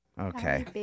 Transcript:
Okay